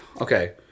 Okay